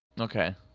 Okay